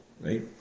Right